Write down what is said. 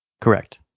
Correct